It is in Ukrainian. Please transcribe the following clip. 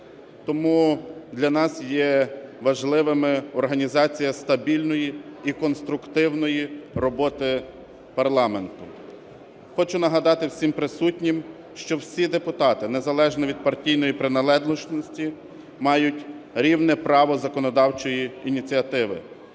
Тому для нас є важливою організація стабільної і конструктивної роботи парламенту. Хочу нагадати всім присутнім, що всі депутати, незалежно від партійної приналежності, мають рівне право законодавчої ініціативи,